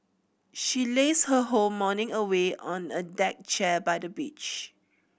she lazed her whole morning away on a deck chair by the beach